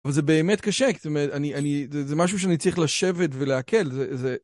אבל זה באמת קשה, זאת אומרת, זה משהו שאני צריך לשבת ולעכל.